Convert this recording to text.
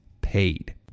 paid